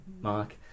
mark